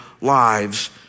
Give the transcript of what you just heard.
lives